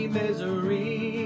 misery